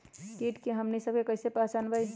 किट के हमनी सब कईसे पहचान बई?